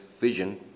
vision